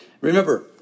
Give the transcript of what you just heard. Remember